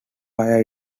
higher